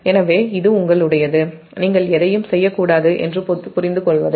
எனவே அது உங்களுக்கானது நீங்கள் எதையும் செய்யக்கூடாது என்று புரிந்துகொள்வது